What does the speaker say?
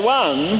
one